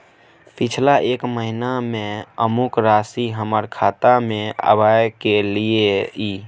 पिछला एक महीना म अमुक राशि हमर खाता में आबय कैलियै इ?